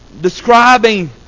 describing